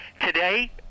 today